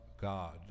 God